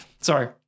Sorry